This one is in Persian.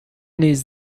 نیز